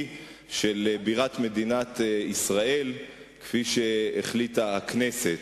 של בירת מדינת ישראל כפי שהחליטה הכנסת.